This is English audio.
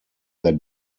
that